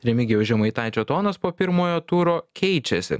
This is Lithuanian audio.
remigijaus žemaitaičio tonas po pirmojo turo keičiasi